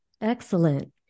Excellent